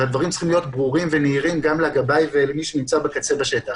הדברים צריכים להיות ברורים ונהירים גם לגבאי ולמי שנמצא בקצה בשטח.